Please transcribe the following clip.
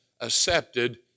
accepted